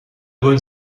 bonne